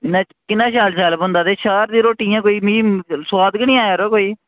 किन्ना शैल शैल बनदा ते शैह्र दी रोटी इ'यां कोई मिगी सोआद गै निं आया यरो कोई